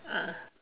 ah